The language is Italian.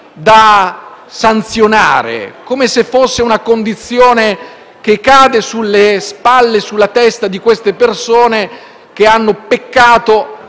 da sanzionare, come se fosse una condizione che cade sulla testa di queste persone che hanno peccato